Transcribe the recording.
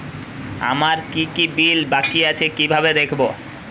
আমার কি কি বিল বাকী আছে কিভাবে দেখবো?